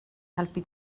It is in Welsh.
helpu